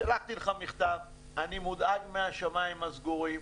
שלחתי לך מכתב, אני מודאג מהשמיים הסגורים,